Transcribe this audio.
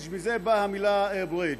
המילה שממנה באה המילה בריג'.